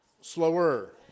Slower